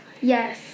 Yes